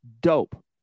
Dope